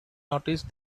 noticed